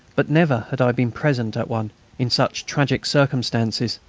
but never had i been present at one in such tragic circumstances,